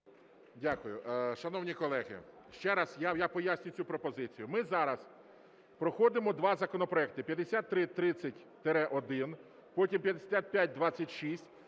Дякую. Шановні колеги, ще раз я пояснюю цю пропозицію. Ми зараз проходимо два законопроекти 5330-1, потім 5526,